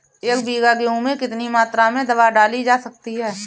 एक बीघा गेहूँ में कितनी मात्रा में दवा डाली जा सकती है?